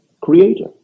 creator